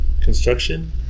construction